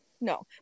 no